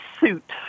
suit